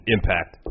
Impact